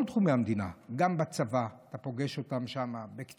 תחום: גם בצבא אתה פוגש אותם בקצונה,